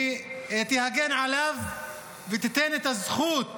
ותגן עליהם ותיתן את הזכות